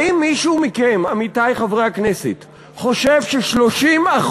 האם מישהו מכם, עמיתי חברי הכנסת, חושב ש-30%,